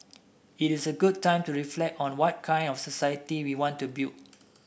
it is a good time to reflect on what kind of society we want to build